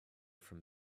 from